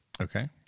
Okay